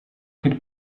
kit